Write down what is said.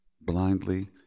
blindly